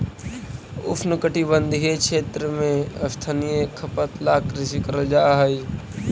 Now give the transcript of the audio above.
उष्णकटिबंधीय क्षेत्र में स्थानीय खपत ला कृषि करल जा हई